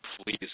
Please